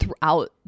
throughout